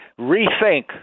rethink